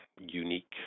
unique